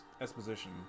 exposition